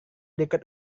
dekat